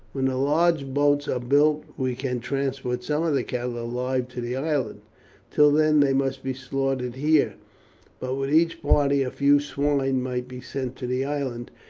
when the large boats are built we can transport some of the cattle alive to the island till then they must be slaughtered here but with each party a few swine might be sent to the island,